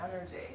energy